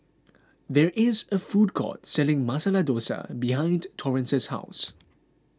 there is a food court selling Masala Dosa behind Torrence's house